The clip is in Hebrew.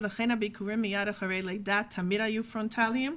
ולכן הביקורים מייד אחרי לידה תמיד היו פרונטליים,